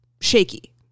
shaky